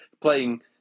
Playing